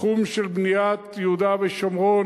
בתחום של בניית יהודה ושומרון,